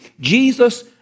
Jesus